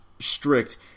strict